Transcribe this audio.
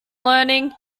learning